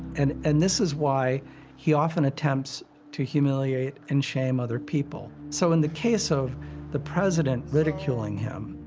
and and this is why he often attempts to humiliate and shame other people. so in the case of the president ridiculing him,